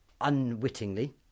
unwittingly